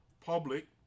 public